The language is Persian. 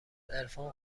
عرفان